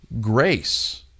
grace